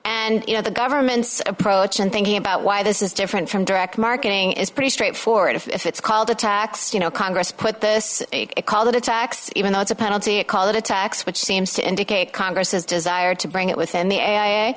and you know the government's approach and thinking about why this is different from direct marketing is pretty straightforward if it's called a tax you know congress put this call it a tax even though it's a penalty it call it a tax which seems to indicate congress's desire to bring it within the